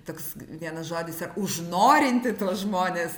toks vienas žodis ar užnorinti tuos žmones